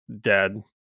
dead